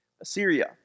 Assyria